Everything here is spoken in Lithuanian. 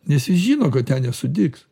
nes jis žino kad ten nesudygs